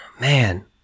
man